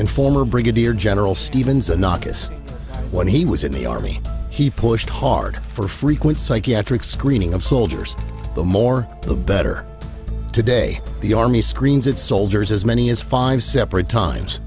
and former brigadier general stephens a novice when he was in the army he pushed hard for frequent psychiatric screening of soldiers the more the better today the army screens its soldiers as many as five separate times